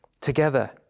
together